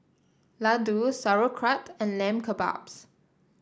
Ladoo Sauerkraut and Lamb Kebabs